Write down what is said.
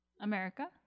America